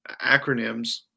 acronyms